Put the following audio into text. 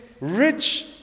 rich